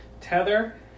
Tether